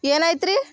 ಏನಾಯ್ತು ರೀ